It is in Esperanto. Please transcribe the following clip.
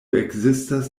ekzistas